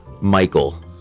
michael